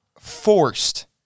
forced